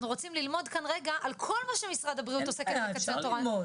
אנחנו רוצים ללמוד כאן רגע על כל מה שמשרד הבריאות עושה כדי לקצר תורים,